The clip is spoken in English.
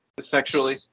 sexually